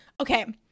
Okay